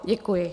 Děkuji.